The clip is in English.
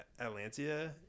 Atlantia